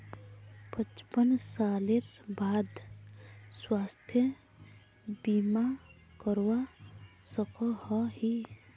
पचपन सालेर बाद स्वास्थ्य बीमा करवा सकोहो ही?